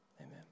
Amen